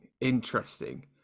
interesting